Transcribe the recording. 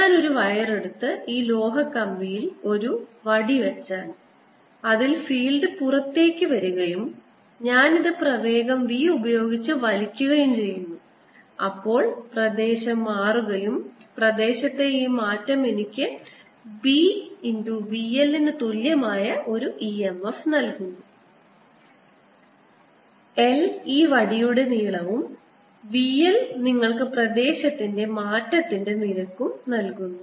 ഞാൻ ഒരു വയർ എടുത്ത് ഈ ലോഹ കമ്പിയിൽ ഒരു വടി വെച്ചാൽ അതിൽ ഫീൽഡ് പുറത്തേക്ക് വരികയും ഞാൻ ഇത് പ്രവേഗം v ഉപയോഗിച്ച് വലിക്കുകയും ചെയ്യുന്നു അപ്പോൾ പ്രദേശം മാറുകയും പ്രദേശത്തെ ഈ മാറ്റം എനിക്ക് b v l ന് തുല്യമായ ഒരു emf നൽകുന്നു l ഈ വടിയുടെ നീളവും v l നിങ്ങൾക്ക് പ്രദേശത്തിന്റെ മാറ്റത്തിന്റെ നിരക്കും നൽകുന്നു